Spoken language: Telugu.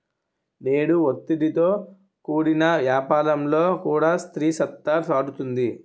నేడు ఒత్తిడితో కూడిన యాపారంలో కూడా స్త్రీ సత్తా సాటుతుంది